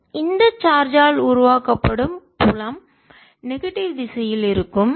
qr2 z எனவே இந்த charge ஆல் உருவாக்கப்படும் புலம் நெகட்டிவ் எதிர்மறை திசையில் இருக்கும்